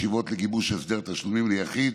ישיבות לגיבוש הסדר תשלומים ליחיד